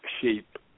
shape